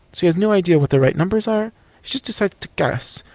so he has no idea what the right numbers are, he's just decided to guess.